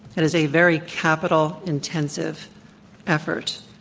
and is a very capital intensive effort.